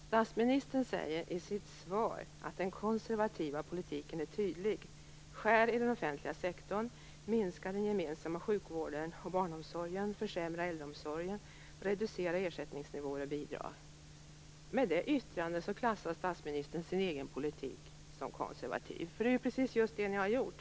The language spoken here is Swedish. Statsministern säger i sitt svar att den konservativa politiken är tydlig: Skär i den offentliga sektorn, minska den gemensamma sjukvården och barnomsorgen, försämra äldreomsorgen, reducera ersättningsnivåer och bidrag. Med det yttrandet klassar statsministern sin egen politik som konservativ, eftersom det är just precis det som ni har gjort.